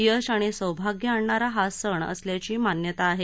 यश आणि सौभाग्य आणणारा हा सण असल्याची मान्यता आहे